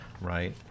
right